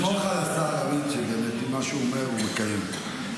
לא צריך גזרה שווה, או מסובכת.